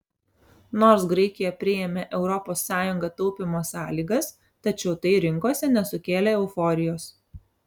nors graikija priėmė europos sąjunga taupymo sąlygas tačiau tai rinkose nesukėlė euforijos